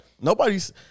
nobody's